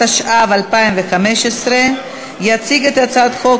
התשע"ו 2015. יציג את הצעת החוק